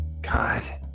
God